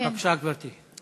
בבקשה, גברתי.